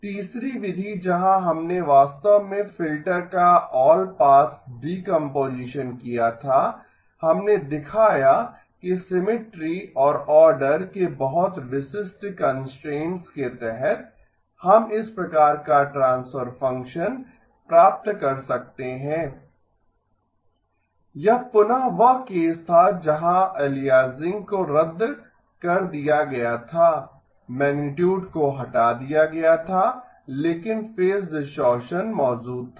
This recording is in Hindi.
तीसरी विधि जहां हमने वास्तव में फिल्टर का आल पास डीकम्पोजीशन किया था हमने दिखाया कि सिमिट्री और आर्डर के बहुत विशिष्ट कंस्ट्रेंट्स के तहत हम इस प्रकार का ट्रान्सफर फंक्शन प्राप्त कर सकते हैं यह पुनः वह केस था जहां अलियासिंग को रद्द कर दिया गया था मैगनीटुड को हटा दिया गया था लेकिन फेज डिस्टॉरशन मौजूद था